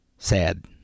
Sad